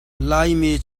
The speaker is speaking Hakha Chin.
laimi